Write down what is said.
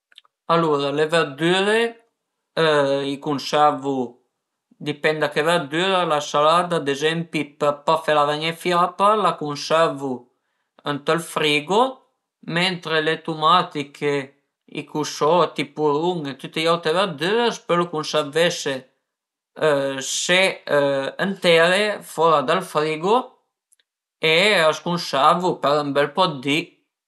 Alura le verdüre i cunservu dipend da che verdüra, la salada ad ezempi për pa fela ven-i fiapa la cunservu ënt ël frigo, mentre le tumatiche, i cusot, i puvrun e tüti i aute verdüre a s'pölu cunservese se entere fora dal frigu e a s'cunservu për ën bel po dë di